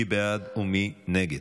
מי בעד ומי נגד?